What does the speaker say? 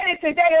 today